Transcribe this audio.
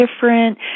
different